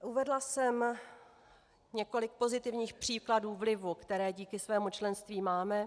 Uvedla jsem několik pozitivních příkladů vlivu, které díky svému členství máme.